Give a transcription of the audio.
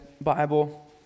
Bible